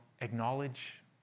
acknowledge